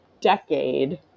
decade